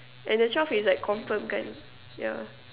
and the twelve is like confirm kan yeah